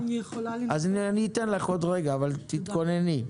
אז אתן לך בעוד רגע, אבל תתכונני.